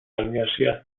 universidad